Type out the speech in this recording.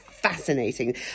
fascinating